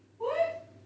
what